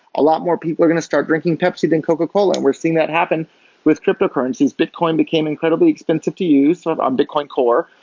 a lot more people are going to start drinking pepsi than coca-cola, and we're seeing that happen with cryptocurrencies. bitcoin became incredibly expensive to use of a um bitcoin core,